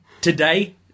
Today